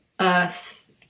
earth